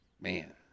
Man